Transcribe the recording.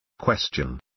Question